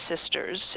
sisters